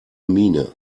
miene